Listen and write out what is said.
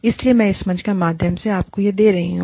इसलिए मैं इस मंच के माध्यम से आपको यह दे रही हूं